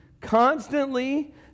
constantly